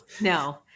no